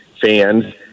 fans